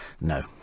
No